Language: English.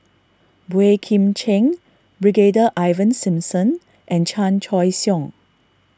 Boey Kim Cheng Brigadier Ivan Simson and Chan Choy Siong